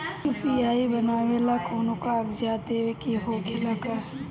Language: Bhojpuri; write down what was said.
यू.पी.आई बनावेला कौनो कागजात देवे के होखेला का?